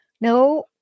No